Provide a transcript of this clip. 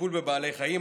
טיפול בבעלי חיים,